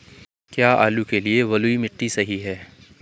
क्या आलू के लिए बलुई मिट्टी सही है?